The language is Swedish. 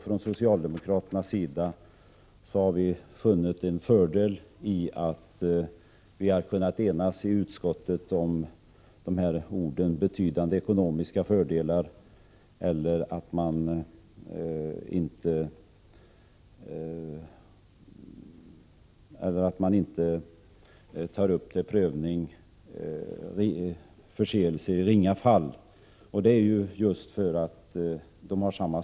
Från socialdemokraternas sida har vi funnit det vara en fördel att vi kunnat enas i utskottet om skrivningen ”betydande ekonomiska fördelar”. Man skall alltså inte till prövning ta upp ringa förseelser.